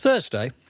Thursday